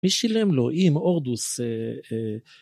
מי שילם לו עם הורדוס